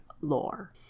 lore